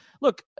look